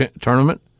Tournament